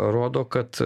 rodo kad